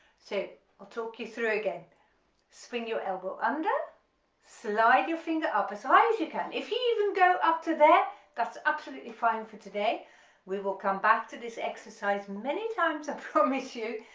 so i'll talk you through again swing your elbow under slide your finger up as high as you can if you even go up to there that's absolutely fine for today we will come back to this exercise many times i promise you,